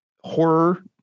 horror